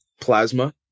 plasma